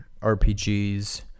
RPGs